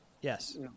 Yes